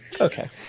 Okay